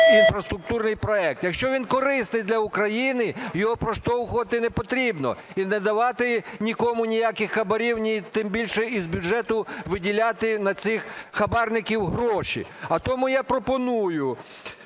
інфраструктурний проект. Якщо він корисний для України, його проштовхувати не потрібно і не давати нікому ніяких хабарів, ні тим більше із бюджету виділяти на цих хабарників гроші. А тому я пропоную